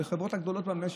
בחברות הגדולות במשק,